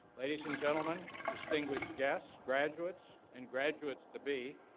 ladies and gentlemen, distinguished guests, graduates, and graduates to be,